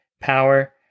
power